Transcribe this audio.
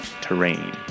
terrain